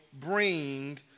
bring